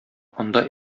анда